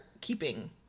keeping